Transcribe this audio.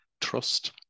trust